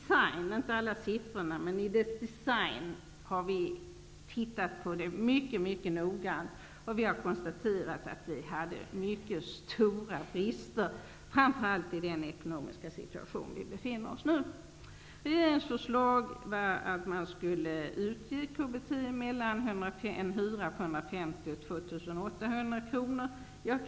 Vi har inte gått igenom alla siffrorna, men vi har konstaterat att det hade mycket stora brister, framför allt i den ekonomiska situation som vi nu befinner oss i. Regeringens förslag var att man skulle utge KBT vid en hyra mellan 150 kr och 2 800 kr.